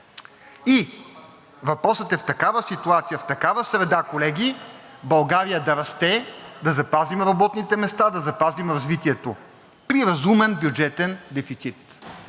И въпросът е в такава ситуация, в такава среда, колеги, България да расте, да запазим работните места, да запазим развитието при разумен бюджетен дефицит.